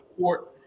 court